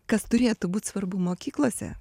kas turėtų būt svarbu mokyklose